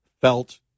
felt